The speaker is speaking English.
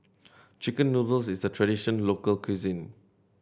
chicken noodles is a traditional local cuisine